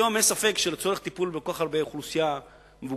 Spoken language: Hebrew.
היום אין ספק שלצורך טיפול בכל כך הרבה אוכלוסייה מבוגרת,